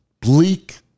bleak